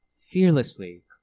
fearlessly